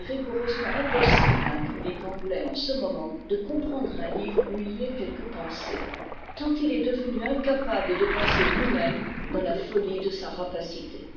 rigoureusement impossible à un public anglais en ce moment de comprendre un livre où il y ait quelque pensée tant il est devenu incapable de penser lui-même dans la folie de sa rapacité